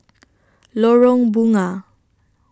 Lorong Bunga